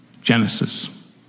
Genesis